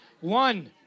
One